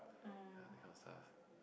ya that kind of stuff